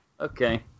Okay